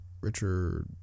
Richard